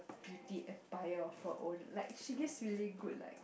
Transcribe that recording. beauty empire for own like she gives really good like